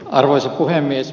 arvoisa puhemies